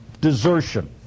desertion